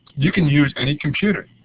you can use any computer.